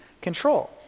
control